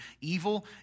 Evil